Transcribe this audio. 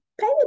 pay